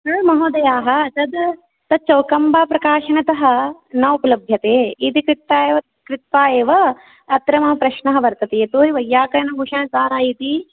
न महोदयाः तद् तत् चौखाम्बाप्रकाशनतः न उपलभ्यते इति कृत्वा कृत्वा एव अत्र मम प्रश्नः वर्तते यतोहि वैय्याकरणभूषणसारः इति